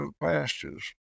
pastures